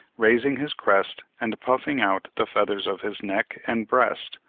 raising his crest and puffing out the feathers of his neck and breast,